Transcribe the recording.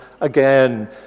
again